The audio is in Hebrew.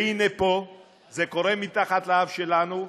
והינה, פה זה קורה מתחת לאף שלנו,